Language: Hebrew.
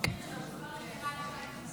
(פגישה עם עורך דין של עצור